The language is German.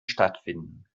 stattfinden